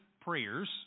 prayers